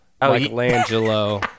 Michelangelo